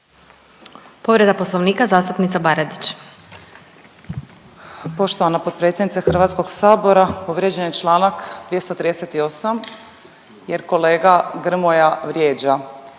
Povreda Poslovnika zastupnica Baradić. **Baradić, Nikolina (HDZ)** Poštovana potpredsjednice Hrvatskog sabora, povrijeđen je članak 238. jer kolega Grmoja vrijeđa.